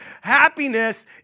Happiness